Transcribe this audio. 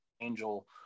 angel